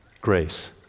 grace